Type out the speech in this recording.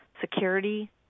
security